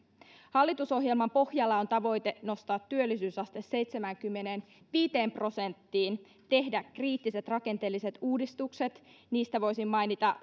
hallitusohjelman pohjalla on tavoite nostaa työllisyysaste seitsemäänkymmeneenviiteen prosenttiin tehdä kriittiset rakenteelliset uudistukset niistä voisin mainita